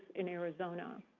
in arizona.